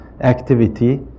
activity